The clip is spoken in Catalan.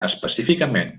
específicament